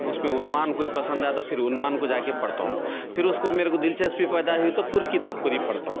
اس میں عنوان کوئی پسند آیا تو پھر عنوان کو جا کے پڑھتا ہوں پھر اس کو میرے کو دلچسپی پیدا ہوئی تو پوری کتاب کو ہی پڑھتا ہوں